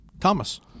Thomas